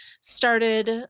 started